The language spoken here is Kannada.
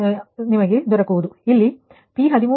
ಇಲ್ಲಿ P13 2